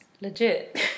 Legit